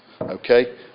Okay